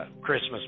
Christmas